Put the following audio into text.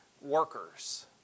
Workers